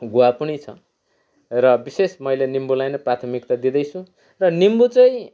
गुवा पनि छ र विशेष मैले निम्बुलाई नै प्राथमिकता दिँदैछु र निम्बु चाहिँ